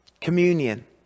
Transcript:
communion